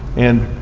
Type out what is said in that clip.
and